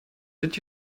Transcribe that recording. did